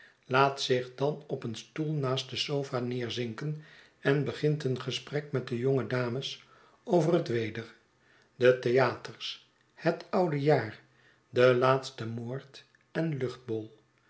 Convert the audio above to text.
laat zich dan op een stoel naast de sofa neerzinken en begint een gesprek met de jonge dames over het weder de theaters het oude jaar den laatsten moord en luchtbol